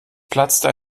platzte